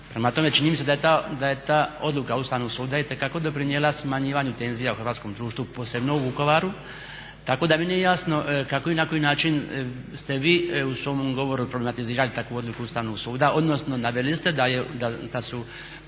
Prema tome, čini mi se da je ta odluka Ustavnog suda itekako doprinijela smanjivanju tenzija u hrvatskom društvu, posebno u Vukovaru tako da mi nije jasno kako i na koji način ste vi u svom govoru problematizirali takvu odluku Ustavnog suda, odnosno naveli ste da su